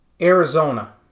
Arizona